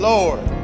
Lord